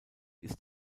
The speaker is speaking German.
ist